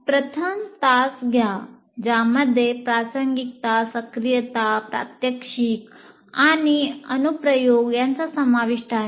प्रथम तास घ्या ज्यामध्ये प्रासंगिकता सक्रियता प्रात्यक्षिक आणि अनुप्रयोग यांचा समाविष्ट आहे